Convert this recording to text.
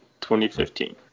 2015